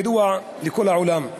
ידוע לכל העולם,